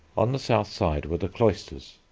on the south side were the cloisters,